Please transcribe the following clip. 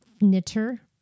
Knitter